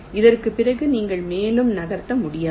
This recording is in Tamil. இதற்குப் பிறகு நீங்கள் மேலும் நகர்த்த முடியாது